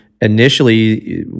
initially